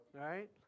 right